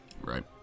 Right